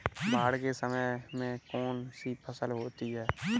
बाढ़ के समय में कौन सी फसल होती है?